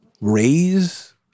raise